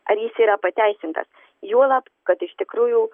ar jis yra pateisintas juolab kad iš tikrųjų